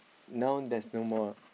now there's no more